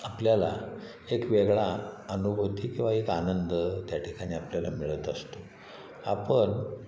आपल्याला एक वेगळा अनुभूती किंवा एक आनंद त्या ठिकाणी आपल्याला मिळत असतो आपण